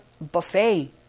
buffet